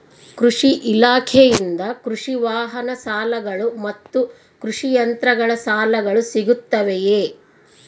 ಕೃಷಿ ಇಲಾಖೆಯಿಂದ ಕೃಷಿ ವಾಹನ ಸಾಲಗಳು ಮತ್ತು ಕೃಷಿ ಯಂತ್ರಗಳ ಸಾಲಗಳು ಸಿಗುತ್ತವೆಯೆ?